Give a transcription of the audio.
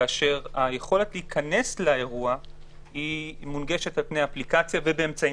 היכולת להיכנס לאירוע מונגשת באפליקציה ובאמצעים